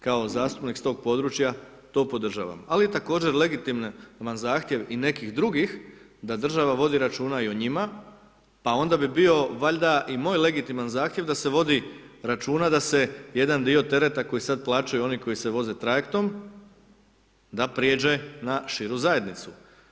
Kao zastupnik s tog područja to podržavam, ali također legitiman zahtjev i nekih drugih da država vodi računa i o njima pa onda bi bio valjda i moj legitiman zahtjev da se vodi računa da se jedan dio tereta koji sada plaćaju oni koji se voze trajektom da prijeđe na širu zajednicu.